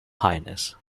highness